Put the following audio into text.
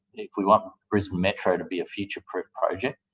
if we want brisbane metro to be a future-proof project,